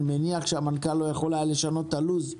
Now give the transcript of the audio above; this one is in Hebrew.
אני מניח שהמנכ"ל לא יכול היה לשנות את הלו"ז,